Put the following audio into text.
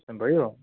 बेच्नुभयो